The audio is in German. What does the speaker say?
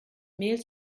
mehl